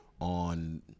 on